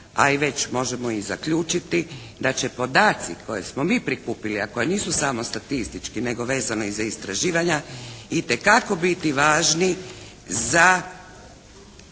a i već možemo i zaključiti da će podaci koje smo mi prikupili, a koji nisu samo statistički nego vezano i za istraživanja itekako biti važni za